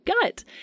gut